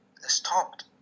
stopped